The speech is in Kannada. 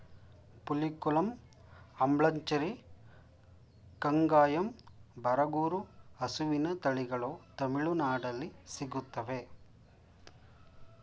ಪುಲಿಕುಲಂ, ಅಂಬ್ಲಚೇರಿ, ಕಂಗಾಯಂ, ಬರಗೂರು ಹಸುವಿನ ತಳಿಗಳು ತಮಿಳುನಾಡಲ್ಲಿ ಸಿಗುತ್ತವೆ